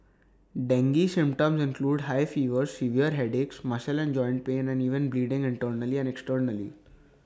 dengue symptoms include high fever severe headaches muscle and joint pain and even bleeding internally and externally